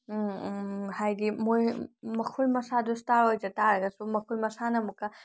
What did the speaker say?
ꯍꯥꯏꯗꯤ ꯃꯣꯏ ꯃꯈꯣꯏ ꯃꯁꯥꯗꯁꯨ ꯇꯥꯔꯣꯏꯗ ꯇꯥꯔꯒꯁꯨ ꯃꯈꯣꯏ ꯃꯁꯥꯅ ꯑꯃꯨꯛꯀ